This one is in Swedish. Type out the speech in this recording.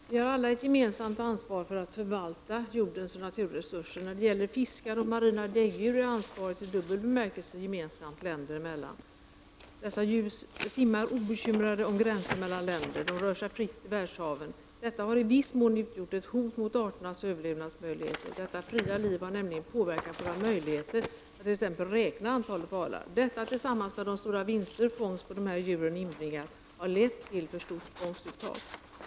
Fru talman! Vi har alla ett gemensamt ansvar att förvalta jordens naturresurser. När det gäller fiskar och marina däggdjur är ansvaret i dubbel bemärkelse gemensamt, länder emellan. Dessa djur simmar obekymrade om gränserna mellan länder. De rör sig fritt i världshaven. Detta har i viss mån utgjort ett hot mot arternas överlevnadsmöjligheter. Detta fria liv har nämligen påverkat våra möjligheter att t.ex. räkna antalet valar. Detta tillsammans med de stora vinster som fångst av dessa djur inbringat har lett till för stort fångstuttag.